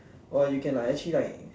!wah! you can like actually like